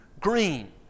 green